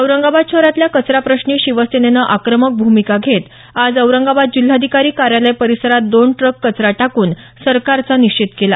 औरंगाबाद शहरातल्या कचरा प्रश्नी शिवसेनेनं आक्रमक भूमिका घेत आज औरंगाबाद जिल्हाधिकारी कार्यालय परिसरात दोन ट्रक कचरा टाकून सरकारचा निषेध केला